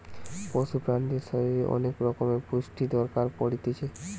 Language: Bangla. পশু প্রাণীদের শরীরের অনেক রকমের পুষ্টির দরকার পড়তিছে